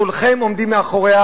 כולכם עומדים מאחוריה,